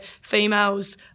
females